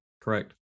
Correct